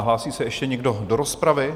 Hlásí se ještě někdo do rozpravy?